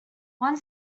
one